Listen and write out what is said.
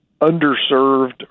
underserved